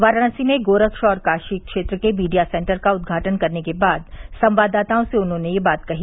वाराणसी में गोरक्ष और काशी क्षेत्र के मीडिया सेन्टर का उद्घाटन करने के बाद संवाददाताओं से उन्होंने यह बात कही